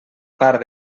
part